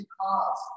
cause